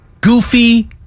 goofy